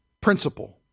principle